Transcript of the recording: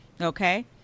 okay